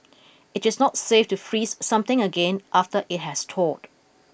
it is not safe to freeze something again after it has thawed